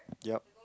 yup